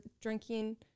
drinking